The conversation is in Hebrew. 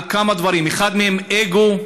על כמה דברים: אחד מהם, אגו,